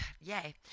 yay